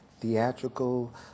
theatrical